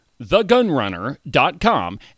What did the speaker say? thegunrunner.com